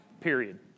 period